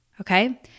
Okay